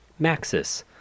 Maxis